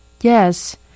Yes